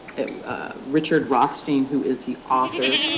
richard rothstein, who is the author,